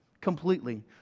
completely